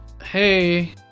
Hey